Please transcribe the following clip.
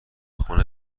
خونه